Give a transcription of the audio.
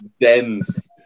dense